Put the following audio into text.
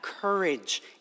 courage